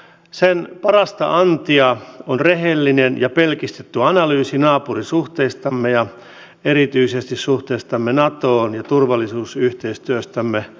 sen parasta antia on rehellinen ja pelkistetty analyysi naapurisuhteistamme ja erityisesti suhteestamme natoon ja turvallisuusyhteistyöstämme ruotsin kanssa